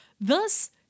Thus